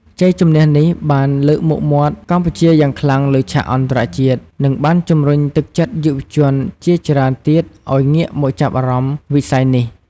ជ័យជម្នះនេះបានលើកមុខមាត់កម្ពុជាយ៉ាងខ្លាំងលើឆាកអន្តរជាតិ និងបានជំរុញទឹកចិត្តយុវជនជាច្រើនទៀតឲ្យងាកមកចាប់អារម្មណ៍វិស័យនេះ។